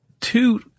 two